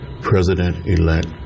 president-elect